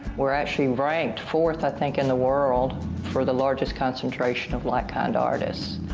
we're actually ranked fourth, i think, in the world for the largest concentration of like kind artists.